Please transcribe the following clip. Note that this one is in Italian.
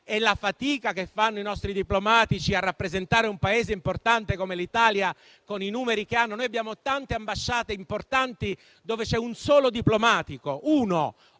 diplomatici fanno fatica a rappresentare un Paese importante come l'Italia, con i numeri che hanno. Abbiamo tante ambasciate importanti dove c'è un solo diplomatico, al